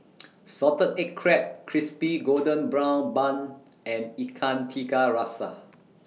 Salted Egg Crab Crispy Golden Brown Bun and Ikan Tiga Rasa